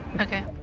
Okay